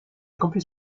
campus